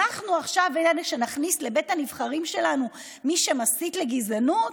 אנחנו עכשיו נהיה אלה שנכניס לבית הנבחרים שלנו את מי שמסית לגזענות?